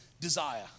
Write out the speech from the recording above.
desire